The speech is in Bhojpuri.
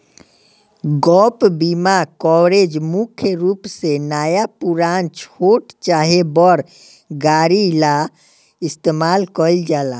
गैप बीमा कवरेज मुख्य रूप से नया पुरान, छोट चाहे बड़ गाड़ी ला इस्तमाल कईल जाला